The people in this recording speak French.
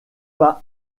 pas